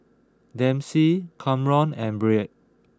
Dempsey Kamron and Brea